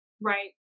Right